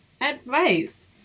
advice